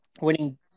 winning